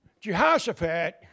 Jehoshaphat